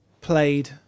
played